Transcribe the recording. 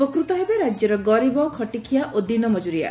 ଉପକୃତ ହେବେ ରାଜ୍ୟର ଗରିବ ଖଟିଖୁଆ ଓ ଦିନ ମଜ୍ରରିଆ